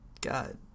God